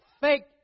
fake